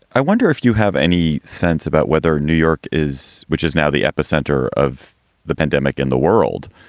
i wonder if you have any sense about whether new york is which is now the epicenter of the pandemic in the world,